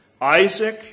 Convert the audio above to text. Isaac